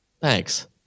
Thanks